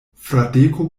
fradeko